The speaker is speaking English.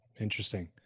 Interesting